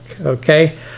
okay